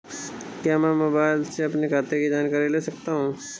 क्या मैं मोबाइल से अपने खाते की जानकारी ले सकता हूँ?